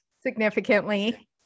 significantly